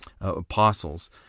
apostles